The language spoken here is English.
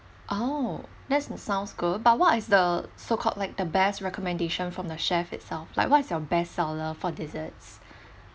oh that's sounds good but what is the so called like the best recommendation from the chef itself like what's your best seller for desserts